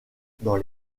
dans